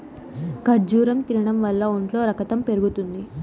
ఖర్జూరం తినడం వల్ల ఒంట్లో రకతం పెరుగుతుంది